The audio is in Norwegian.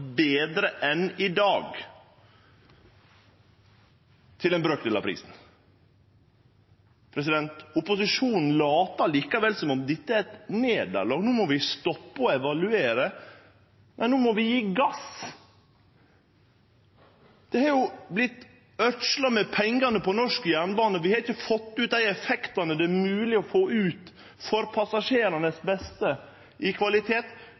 betre enn i dag, til ein brøkdel av prisen. Opposisjonen latar likevel som om dette er eit nederlag. No må vi stoppe å evaluere, no må vi gje gass. Det har vorte øydsla med pengane på norsk jernbane, vi har ikkje fått ut dei effektane i kvalitet det er mogleg å få ut for